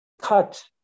cut